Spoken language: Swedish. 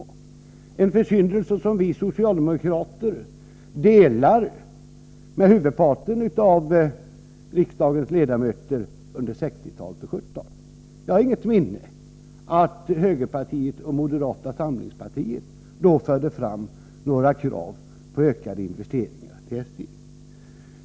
Det var försyndelser som vi socialdemokrater delar ansvaret för med huvudparten av riksdagens ledamöter under 1960 och 1970-talen. Jag har inget minne av att högerpartiet eller moderata samlingspartiet då förde fram några krav på ökade investeringar inom SJ.